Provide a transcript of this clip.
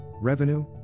revenue